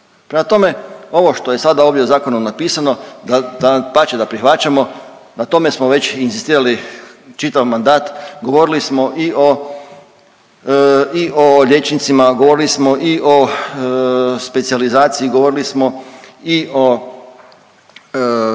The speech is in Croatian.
tome, ovo što je sada ovdje u zakonu napisano dapače da prihvaćamo, na tome smo već inzistirali čitav mandat, govorili smo i o liječnicima, govorili smo i o specijalizaciji, govorili smo i o,